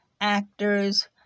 actors